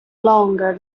longer